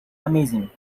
amazing